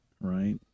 right